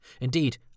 Indeed